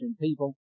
people